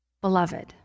beloved